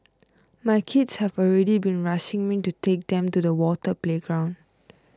my kids have already been rushing me to take them to the water playground